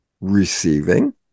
Receiving